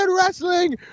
wrestling